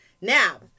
Now